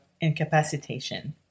incapacitation